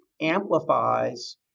amplifies